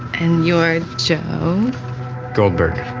and you're jeff goldberg